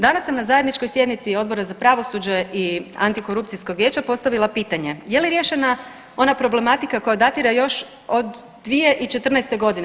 Danas sam na zajedničkoj sjednici Odbora za pravosuđe i antikorupcijskog vijeća postavila pitanje je li riješena ona problematika koja datira još od 2014. godine.